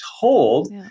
told